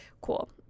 cool